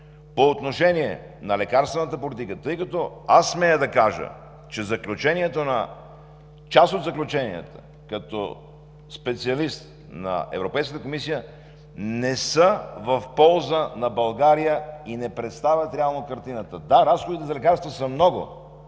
по отношение на лекарствената политика, тъй като аз смея да кажа, че част от заключенията, като специалист на Европейската комисия, не са в полза на България и не представят реално картината. Да, разходите за лекарства са много,